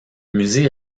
musée